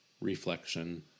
reflection